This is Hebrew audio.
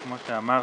כמו שאמרתי,